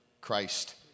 Christ